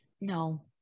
no